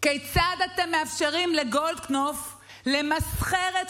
כיצד אתם מאפשרים לגולדקנופ למסחר את